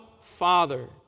Father